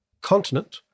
continent